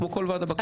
כמו כל ועדה בכנסת.